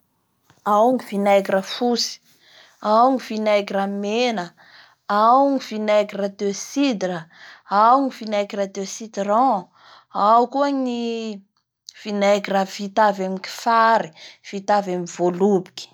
Ao ny vinaigre fotsy, ao ny vinaigre mena, ao ny vinaigre de cidre, ao ny vinaigre de citron, ao koa ny vinaigre vita avy amin'ny fary, da vita avy amin'ny voaloboky.